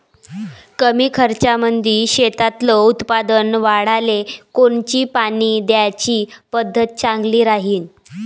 कमी खर्चामंदी शेतातलं उत्पादन वाढाले कोनची पानी द्याची पद्धत चांगली राहीन?